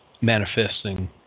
manifesting